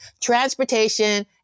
transportation